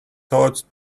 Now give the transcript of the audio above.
thoughts